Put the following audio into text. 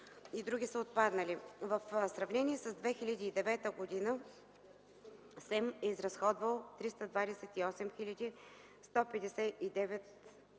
и други са отпаднали. В сравнение с 2009 г. СЕМ е изразходвал с 328 159 лв.